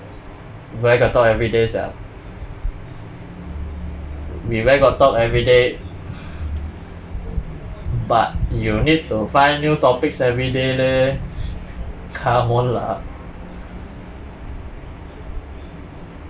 where got talk everyday sia we where got talk everyday but you need to find new topics everyday leh come on lah